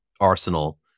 arsenal